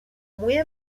موی